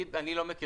אני לא מכיר.